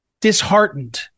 disheartened